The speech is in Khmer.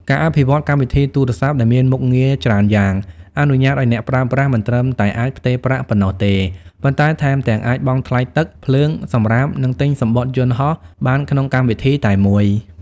ការអភិវឌ្ឍកម្មវិធីទូរស័ព្ទដែលមានមុខងារច្រើនយ៉ាង អនុញ្ញាតឱ្យអ្នកប្រើប្រាស់មិនត្រឹមតែអាចផ្ទេរប្រាក់ប៉ុណ្ណោះទេ ប៉ុន្តែថែមទាំងអាចបង់ថ្លៃទឹក ភ្លើង សំរាម និងទិញសំបុត្រយន្តហោះបានក្នុងកម្មវិធីតែមួយ។